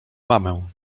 mamę